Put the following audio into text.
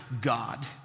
God